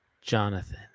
jonathan